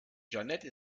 jeanette